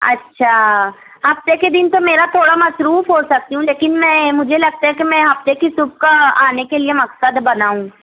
اچھا ہفتے کے دن تو میرا تھوڑا مصروف ہوسکتی ہوں لیکن میں مجھے لگتا ہے کہ میں ہفتے کی صبح کا آنے کے لیے مقصد بناؤں